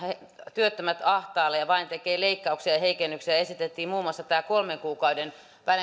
työttömät ahtaalle ja vain tekee leikkauksia ja heikennyksiä ja esitettiin muun muassa nämä kolmen kuukauden välein